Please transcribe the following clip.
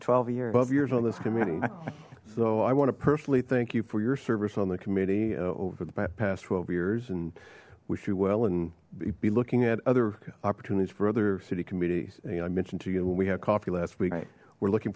twelve years bob years on this committee so i want to personally thank you for your service on the committee over the past twelve years and wish you well and be looking at other opportunities for other city committees and i mentioned to you when we had coffee last week we're looking